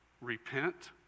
repent